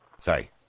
sorry